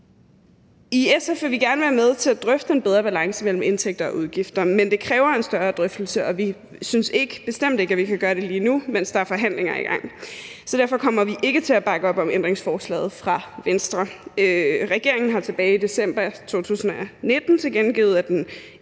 I SF vil vi gerne være med til at drøfte en bedre balance mellem indtægter og udgifter, men det kræver en større drøftelse, og vi synes bestemt ikke, at vi kan gøre det lige nu, mens der er forhandlinger i gang. Derfor kommer vi ikke til at bakke op om ændringsforslaget fra Venstre. Regeringen har tilbage i december 2019 tilkendegivet, at den